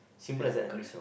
ya correct